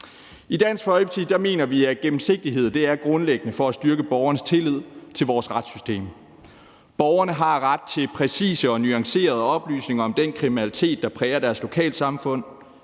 I Dansk Folkeparti mener vi, at gennemsigtighed er grundlæggende for at styrke borgernes tillid til vores retssystem. Borgerne har ret til præcise og nuancerede oplysninger om den kriminalitet, der præger deres lokalsamfund.